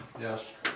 Yes